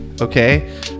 okay